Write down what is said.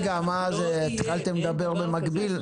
התחלתם לדבר במקביל.